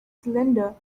cylinder